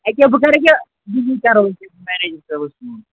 ییٚکیٛاہ بہٕ کَرٕ ییٚکیٛاہ وٕنی کَرو أسۍ مٮ۪نیجَر صٲبَس فون